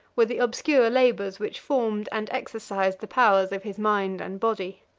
were the obscure labors which formed and exercised the powers of his mind and body.